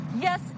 Yes